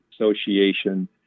association